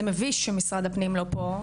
זה מביש שמשרד הפנים לא פה,